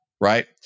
right